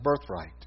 birthright